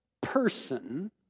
person